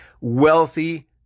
wealthy